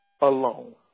alone